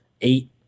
eight